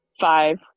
five